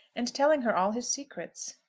and telling her all his secrets.